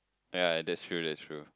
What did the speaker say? ya that's true that's true